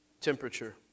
temperature